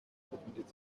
befindet